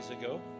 ago